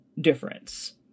difference